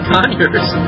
Conyers